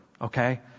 Okay